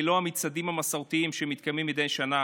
ללא המצעדים המסורתיים שמתקיימים מדי שנה